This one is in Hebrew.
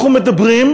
אנחנו מדברים,